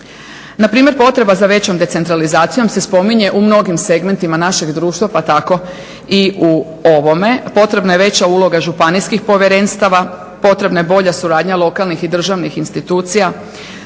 Na primjer potreba za većom decentralizacijom se spominje u mnogim segmentima našeg društva pa tako i u ovome. Potrebna je veća uloga županijskih povjerenstava, potrebna je bolja suradnja lokalnih i državnih institucija.